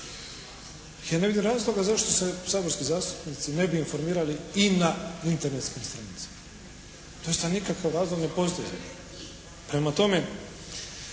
Ja ne vidim razloga zašto se saborski zastupnici ne bi informirali i na internetskim stranicama. Doista nikakav razlog ne postoji. Prema tome,